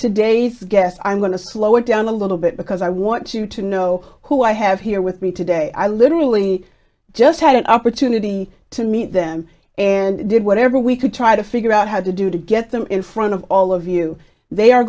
today's guest i'm going to slow it down a little bit because i want you to know who i have here with me today i literally just had an opportunity to meet them and did whatever we could try to figure out how to do to get them in front of all of you they are